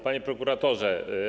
Panie Prokuratorze!